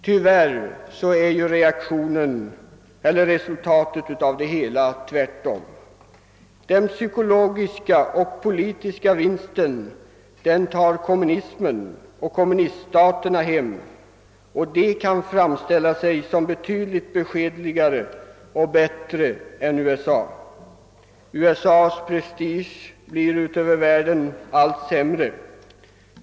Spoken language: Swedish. Tyvärr är resultatet tvärtom det att kommunismen och kommuniststaterna tar hem den psykologiska och politiska vinsten och att de kan framställa sig som mycket beskedligare och bättre än USA, medan USA:s prestige i världen blir allt sämre.